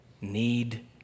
need